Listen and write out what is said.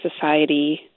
society